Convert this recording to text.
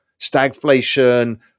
stagflation